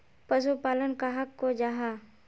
पशुपालन कहाक को जाहा?